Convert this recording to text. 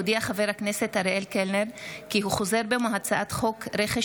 הודיע חבר הכנסת אריאל קלנר כי הוא חוזר בו מהצעת חוק רכש